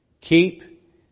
Keep